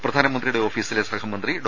പ്രധാനമന്ത്രിയുടെ ഓഫീസിലെ സഹമന്ത്രി ഡോ